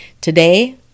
Today